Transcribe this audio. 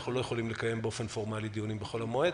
איננו יכולים לקיים דיונים פורמליים בחול המועד.